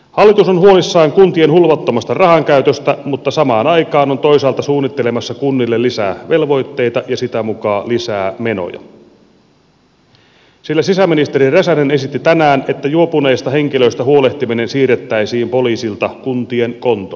hallitus on huolissaan kuntien hulvattomasta rahankäytöstä mutta samaan aikaan on toisaalta suunnittelemassa kunnille lisää velvoitteita ja sitä mukaa lisää menoja sillä sisäministeri räsänen esitti tänään että juopuneista henkilöistä huolehtiminen siirrettäisiin poliisilta kuntien kontolle